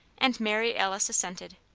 and mary alice assented.